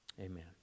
Amen